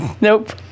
Nope